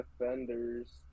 defenders